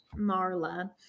Marla